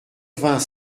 vingt